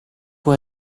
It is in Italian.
può